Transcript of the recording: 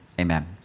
amen